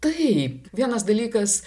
taip vienas dalykas